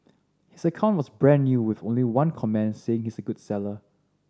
his account was brand new with only one comment saying he's a good seller